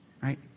right